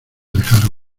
alejaron